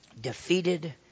defeated